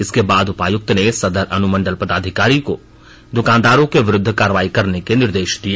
इसके बाद उपयुक्त ने सदर अनुमंडल पदाधिकारी को दुकानदारों के विरुद्ध कार्रवाई करने के निर्देश दिए